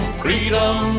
freedom